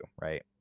right